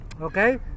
Okay